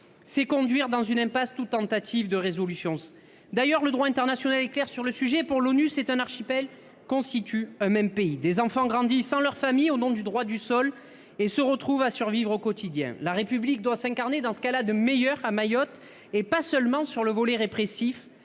c'est conduire dans une impasse toute tentative de résolution d'ailleurs le droit international et clair sur le sujet pour l'ONU c'est un archipel constitue même pays des enfants grandissent sans leurs familles au nom du droit du sol et se retrouve à survivre au quotidien la République doit s'incarner dans ce cas-là de meilleur à Mayotte et pas seulement sur le volet répressif